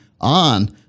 on